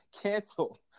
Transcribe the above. Cancel